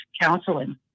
counseling